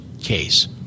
case